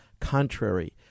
contrary